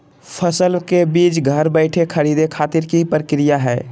फसल के बीज घर बैठे खरीदे खातिर की प्रक्रिया हय?